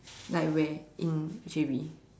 like where in J_B